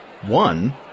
One